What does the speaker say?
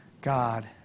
God